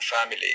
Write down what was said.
family